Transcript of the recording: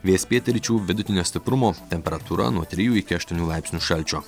vėjas pietryčių vidutinio stiprumo temperatūra nuo trijų iki aštuonių laipsnių šalčio